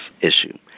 issue